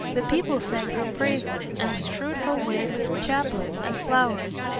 the people sang her praises, and strewed her way with chaplets and flowers.